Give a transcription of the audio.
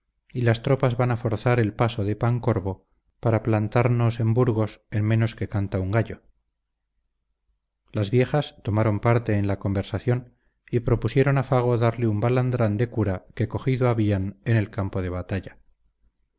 y las tropas van a forzar el paso de pancorbo para plantamos en burgos en menos que canta un gallo las viejas tomaron parte en la conversación y propusieron a fago darle un balandrán de cura que cogido habían en el campo de batalla